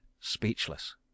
speechless